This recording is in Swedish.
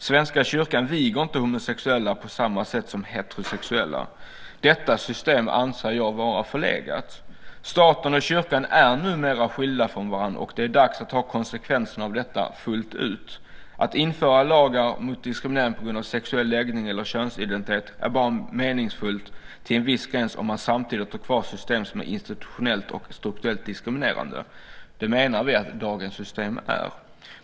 Svenska kyrkan viger inte homosexuella på samma sätt som heterosexuella. Detta system anser jag vara förlegat. Staten och kyrkan är numera skilda från varandra, och det är dags att ta konsekvenserna av detta fullt ut. Att införa lagar mot diskriminering på grund av sexuell läggning eller könsidentitet är bara meningsfullt till en viss gräns om man samtidigt har kvar system som är institutionellt och strukturellt diskriminerande. Det menar vi att dagens system är.